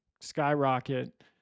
skyrocket